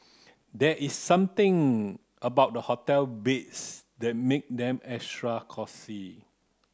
there is something about the hotel that make them extra cosy